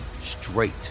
straight